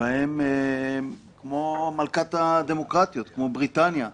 כמו מלכת הדמוקרטיות, כמו בריטניה,